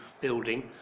building